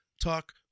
talk